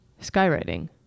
Skywriting